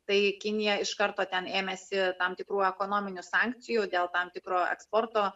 tai kinija iš karto ten ėmėsi tam tikrų ekonominių sankcijų dėl tam tikro eksporto